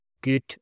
good